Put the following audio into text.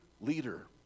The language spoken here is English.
leader